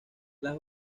las